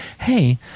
hey